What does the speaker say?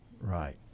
Right